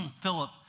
Philip